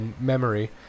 memory